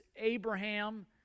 Abraham